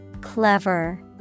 Clever